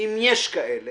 אם יש כאלה